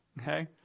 okay